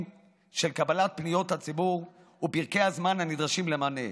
של קבלת פניות הציבור ופרקי הזמן הנדרשים למענה.